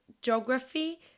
geography